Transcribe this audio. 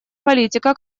политика